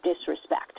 disrespect